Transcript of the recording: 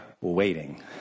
waiting